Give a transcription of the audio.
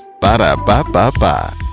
Ba-da-ba-ba-ba